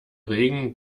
regen